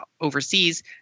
overseas